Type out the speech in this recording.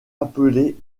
appelé